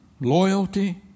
loyalty